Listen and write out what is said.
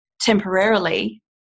temporarily